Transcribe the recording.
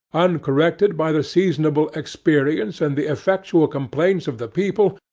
uncorrected by the seasonable experience and the effectual complaints of the people,